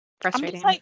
Frustrating